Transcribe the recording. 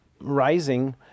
rising